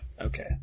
Okay